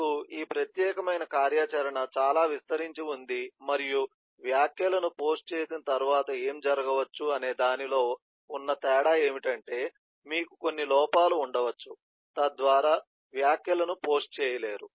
మీకు ఈ ప్రత్యేకమైన కార్యాచరణ చాలా విస్తరించి ఉంది మరియు వ్యాఖ్యలను పోస్ట్ చేసిన తర్వాత ఏమి జరగవచ్చు అనేదానిలో ఉన్న తేడా ఏమిటంటే మీకు కొన్ని లోపాలు ఉండవచ్చు తద్వారా వ్యాఖ్యలను పోస్ట్ చేయలేరు